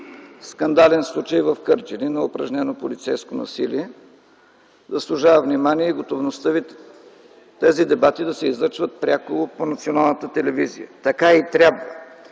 скандален случай в Кърджали – на упражнено полицейско насилие. Заслужава внимание и готовността ви тези дебати да се излъчват пряко по Националната телевизия. Така и трябва!